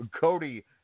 Cody